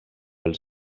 pel